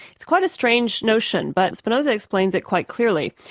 it's quite a strange notion, but spinoza explains it quite clearly.